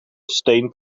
steen